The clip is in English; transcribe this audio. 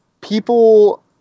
people